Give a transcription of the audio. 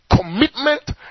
commitment